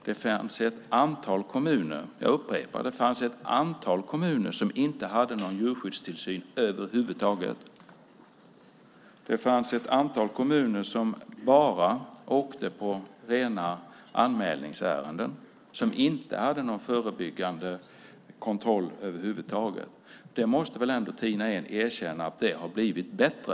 Det fanns ett antal kommuner som inte hade någon djurskyddstillsyn över huvud taget. Det fanns ett antal kommuner som bara åkte på rena anmälningsärenden, som inte hade någon förebyggande kontroll över huvud taget. Tina Ehn måste väl ändå erkänna att det har blivit bättre?